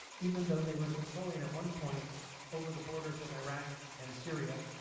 even though they were controlling at one point over the borders with iraq and syria,